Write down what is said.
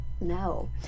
No